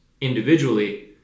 individually